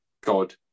God